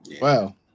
Wow